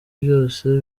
byose